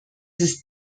ist